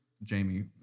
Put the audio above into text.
Jamie